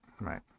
right